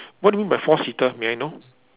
what do you mean by four seater may I know